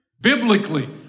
biblically